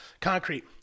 concrete